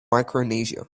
micronesia